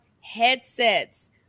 headsets